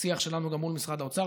שיח שלנו גם מול משרד האוצר,